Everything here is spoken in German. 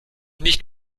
nicht